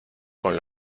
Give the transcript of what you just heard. con